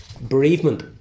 Bereavement